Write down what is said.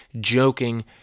joking